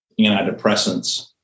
antidepressants